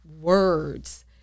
words